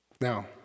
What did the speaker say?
Now